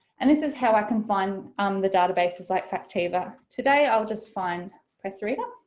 and this is how i can find the databases like factiva. today i'll just find pressreader.